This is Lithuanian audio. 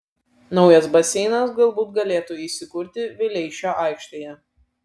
naujas baseinas galbūt galėtų įsikurti vileišio aikštėje